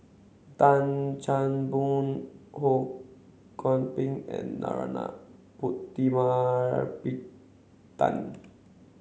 Tan Chan Boon Ho Kwo n Ping and Narana Putumaippittan